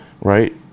right